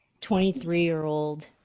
23-year-old